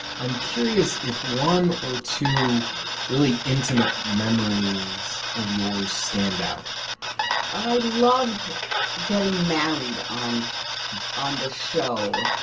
i'm curious if one or two really intimate memories of yours stand out i loved getting married on on the show.